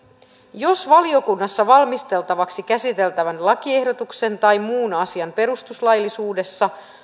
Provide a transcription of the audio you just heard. jos valiokunnassa valmisteltavaksi käsiteltävän lakiehdotuksen tai muun asian perustuslaillisuudessa